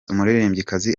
umuririmbyikazi